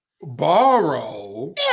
Borrow